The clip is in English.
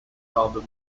album